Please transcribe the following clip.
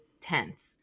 tense